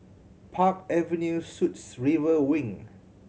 Park Avenue Suites River Wing